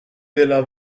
della